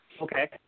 okay